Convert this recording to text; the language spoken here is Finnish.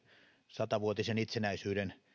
sata vuotisen itsenäisyyden